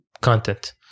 content